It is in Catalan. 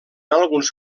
alguns